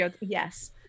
yes